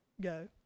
go